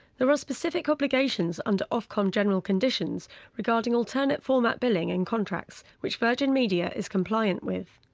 there are specific obligations under ofcom general conditions regarding alternate format billing and contracts which virgin media is compliant with.